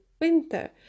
winter